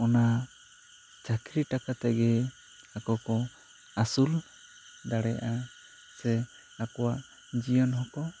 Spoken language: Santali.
ᱚᱱᱟ ᱪᱟᱹᱠᱨᱤ ᱴᱟᱠᱟ ᱛᱮᱜᱮ ᱟᱠᱚ ᱠᱚ ᱟᱥᱩᱞ ᱫᱟᱲᱮᱭᱟᱜᱼᱟ ᱥᱮ ᱟᱠᱚᱣᱟᱜ ᱡᱤᱭᱚᱱ ᱦᱚᱸ ᱠᱚ